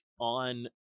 on